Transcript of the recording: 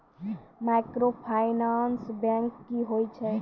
Microfinance bank की होय छै?